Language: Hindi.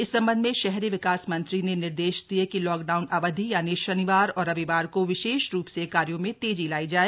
इस सम्बन्ध में शहरी विकास मंत्री ने निर्देश दिये कि लॉकडाउन अवधि यानि शनिवार और रविवार को विशेष रूप से कार्यो में तेजी लायी जाए